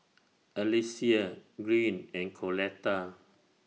Alycia Green and Coletta